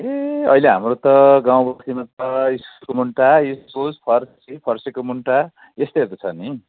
ए अहिले हाम्रो त गाउँ बस्तिमा त इस्कुसको मुन्टा इस्कुस फर्सी फर्सीको मुन्टा यस्तैहरू छ नि